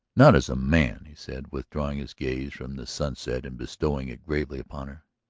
not as a man, he said, withdrawing his gaze from the sunset and bestowing it gravely upon her.